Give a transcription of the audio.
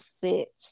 fit